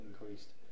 increased